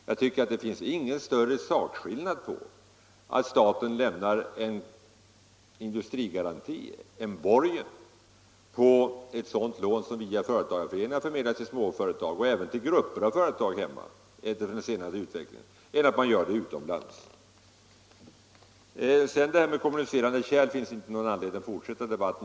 Jag tycker inte att det är någon större skillnad i sak om det rör sig om lån utomlands eller om staten lämnar en industrigaranti, en borgen, för ett lån som via företagarföreningarna förmedlas till småföretag och — efter den senaste utvecklingen — även till grupper av företag. Jag skall inte fortsätta debatten om detta med kommunicerande kärl.